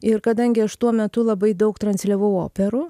ir kadangi aš tuo metu labai daug transliavau operų